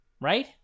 Right